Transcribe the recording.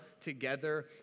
together